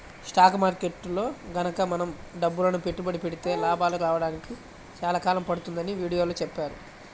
stock మార్కెట్టులో గనక మనం డబ్బులని పెట్టుబడి పెడితే లాభాలు రాడానికి చాలా కాలం పడుతుందని వీడియోలో చెప్పారు